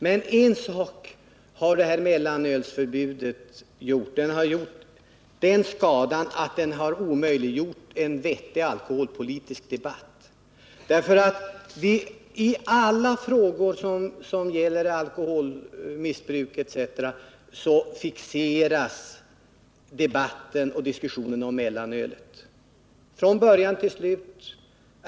Men en sak har mellanölsförbudet åstadkommit, och det är att det omöjliggjort en vettig alkoholpolitisk debatt. I alla frågor som rör alkoholmissbruk och sådana saker fixeras debatten och diskussionen från början till slut till just mellanölet.